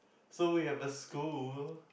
so we have a school